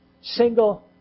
single